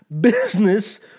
Business